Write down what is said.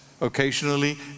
occasionally